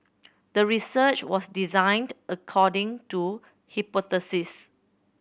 the research was designed according to hypothesis